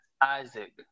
Isaac